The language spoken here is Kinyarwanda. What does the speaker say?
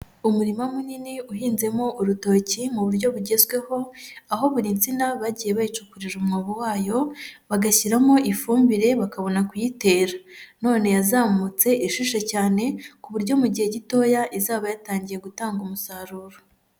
Umurima munini uhinzemo urutoki mu buryo bugezweho, aho buri nsina bagiye bayicukurira umwobo wayo bagashyiramo ifumbire bakabona kuyitera, none yazamutse ishushe cyane ku buryo mu gihe gitoya izaba yatangiye gutanga umusaruro.